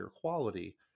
quality